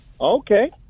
Okay